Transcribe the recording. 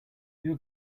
your